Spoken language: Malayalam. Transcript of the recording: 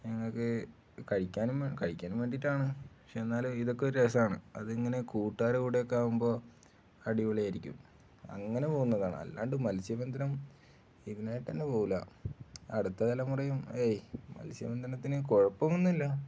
ഞങ്ങള്ക്കു കഴിക്കാനും കഴിക്കാനും വേണ്ടയിട്ടാണ് പക്ഷെ എന്നാലും ഇതൊക്കെ ഒരു രസമാണ് അതിങ്ങനെ കൂട്ടുകാരുടെ കൂടെയൊക്കെ ആവുമ്പോള് അടിപൊളിയായിരിക്കും അങ്ങനെ പോകുന്നതാണ് അല്ലാണ്ട് മത്സ്യബന്ധനം ഇതിനായിട്ടുതന്നെ പോവില്ല അടുത്ത തലമുറയും ഏയ് മത്സ്യബന്ധനത്തിനു കുഴപ്പമൊന്നുമില്ല